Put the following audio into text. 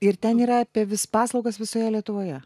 ir ten yra apie vis paslaugas visoje lietuvoje